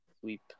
sweep